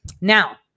Now